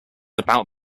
about